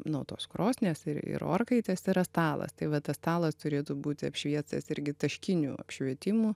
nu tos krosnies ir ir orkaitės yra stalas tai va tas stalas turėtų būti apšviestas irgi taškiniu apšvietimu